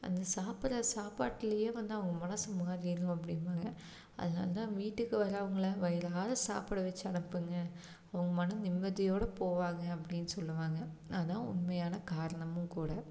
அந்த சாப்பிட்ற சாப்பாட்டில் வந்து அவங்க மனது மாறிடணும் அப்படிம்பாங்க அதனால தான் வீட்டுக்கு வரவங்களை வயிறார சாப்பிட வச்சு அனுப்புங்க அவங்க மனநிம்மதியோடு போவாங்கன்னு அப்படின்னு சொல்லுவாங்க அதுதான் உண்மையான காரணமும் கூட